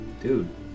dude